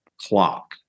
clock